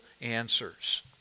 answers